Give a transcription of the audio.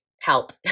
help